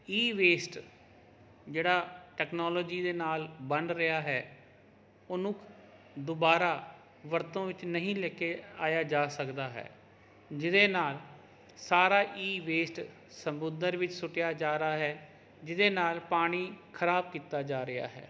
ਈ waste ਜਿਹੜਾ technology ਦੇ ਨਾਲ ਬਣ ਰਿਹਾ ਹੈ ਉਹਨੂੰ ਦੁਬਾਰਾ ਵਰਤੋਂ ਵਿੱਚ ਨਹੀਂ ਲੈ ਕੇ ਆਇਆ ਜਾ ਸਕਦਾ ਹੈ ਜਿਹਦੇ ਨਾਲ ਸਾਰਾ ਈ ਵੇਸਟ ਸਮੁੰਦਰ ਵਿੱਚ ਸੁੱਟਿਆ ਜਾ ਰਿਹਾ ਹੈ ਜਿਹਦੇ ਨਾਲ ਪਾਣੀ ਖਰਾਬ ਕੀਤਾ ਜਾ ਰਿਹਾ ਹੈ